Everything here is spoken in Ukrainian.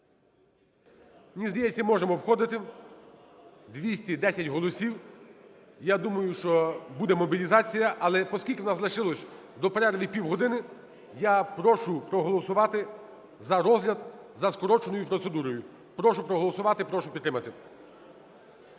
здається, можемо входити, 210 голосів. Я думаю, що буде мобілізація, але поскільки у нас лишилось до перерви півгодини, я прошу проголосувати за розгляд за скороченою процедурою. Прошу проголосувати, прошу підтримати.